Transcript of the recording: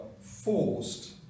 forced